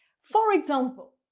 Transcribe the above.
for example,